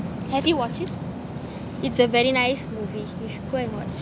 have you watch it it's a very nice movie you should go and watch